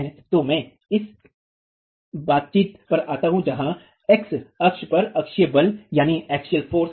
तो मैं इस बातचीत पर आता हूं जहां x एक्स अक्ष पर अक्षीय बल बढ़ रहा है